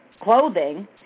clothing